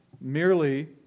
merely